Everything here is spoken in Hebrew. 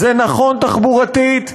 זה נכון תחבורתית,